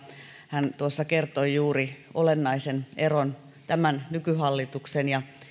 hän tuossa kertoi juuri olennaisen eron tämän nykyhallituksen ja